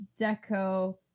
Deco